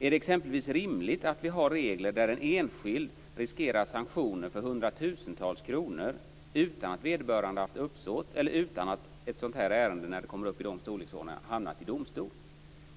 Är det exempelvis rimligt att vi har regler där en enskild riskerar sanktioner för hundratusentals kronor utan att vederbörande har haft uppsåt eller utan att ett sådant här ärende, när det kommer upp i denna storleksordning, har hamnat i domstol?